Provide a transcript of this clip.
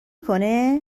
کنه